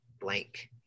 blank